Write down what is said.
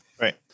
Right